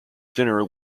dinner